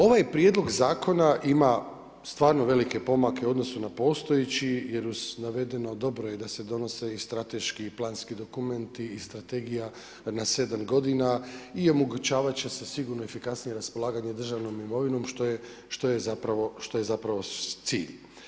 Ovaj prijedlog zakona stvarno velike pomake u odnosu na postojeći jer uz navedeno dobro je da se donose i strateški i planski dokumenti i strategija na 7 godina i omogućavat će se sigurno efikasnije raspolaganje državnom imovinom što je zapravo cilj.